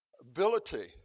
ability